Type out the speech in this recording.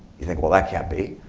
you think, well, that can't be.